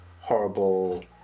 horrible